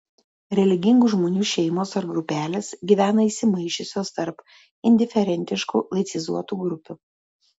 religingų žmonių šeimos ar grupelės gyvena įsimaišiusios tarp indiferentiškų laicizuotų grupių